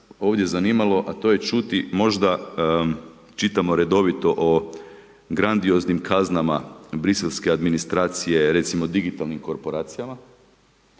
ovdje zanimalo, a to je čuti možda, čitamo redovito o grandioznim kaznama briselske administracije, recimo digitalnim korporacijama,